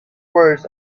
words